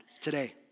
today